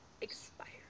expired